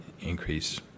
increase